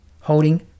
Holding